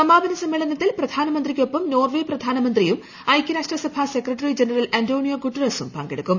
സമാപന സമ്മേളനത്തിൽ പ്രധാനമന്ത്രിക്കൊപ്പം നോർവെ പ്രധാനമന്ത്രിയും ഐക്യരാഷ്ട്ര സഭ സെക്രട്ടറി ജനറൽ അന്റോണിയോ ഗുട്ടറസും പങ്കെടുക്കും